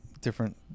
different